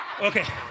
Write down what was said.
okay